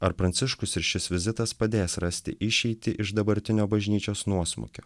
ar pranciškus ir šis vizitas padės rasti išeitį iš dabartinio bažnyčios nuosmukio